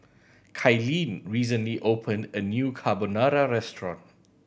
Kylene recently opened a new Carbonara Restaurant